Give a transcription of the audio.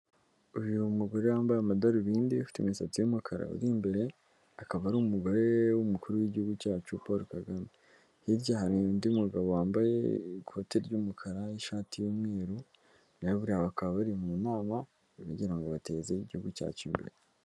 Uyu mugore wambaye amadarubindi ufite imisatsi w'umukara uri imbere, akaba ari umugore w'umukuru w'igihugu cyacu Paul Kagame, hirya hari undi mugabo wambaye ikote ry'umukara, n'ishati y'umweru, buriya bakaba bari mu nama bagirango bateze igihugu cyacu imbere.